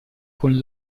con